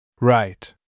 Right